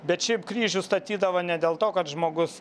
bet šiaip kryžius statydavo ne dėl to kad žmogus